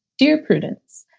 dear prudence,